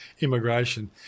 immigration